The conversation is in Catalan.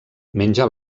menja